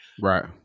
Right